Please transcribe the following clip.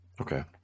Okay